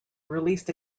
released